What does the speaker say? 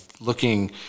looking